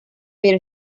pero